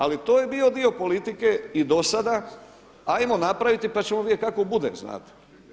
Ali to je bio dio politike i do sada ajmo napraviti pa ćemo vidjeti kako bude, znate.